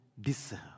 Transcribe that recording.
deserve